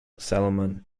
salomon